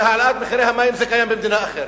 והעלאת מחיר המים, זה קיים במדינה אחרת.